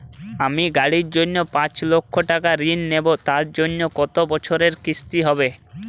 আমি গাড়ির জন্য পাঁচ লক্ষ টাকা ঋণ নেবো তার জন্য কতো বছরের কিস্তি হবে?